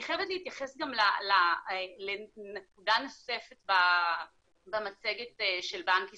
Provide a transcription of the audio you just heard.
אני חייבת להתייחס גם לנקודה נוספת במצגת של בנק ישראל.